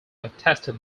attested